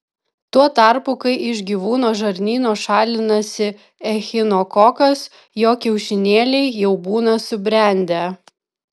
tuo tarpu kai iš gyvūno žarnyno šalinasi echinokokas jo kiaušinėliai jau būna subrendę